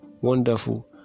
wonderful